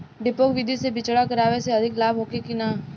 डेपोक विधि से बिचड़ा गिरावे से अधिक लाभ होखे की न?